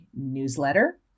newsletter